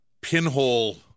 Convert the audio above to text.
pinhole